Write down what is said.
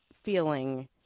feeling